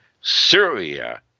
Syria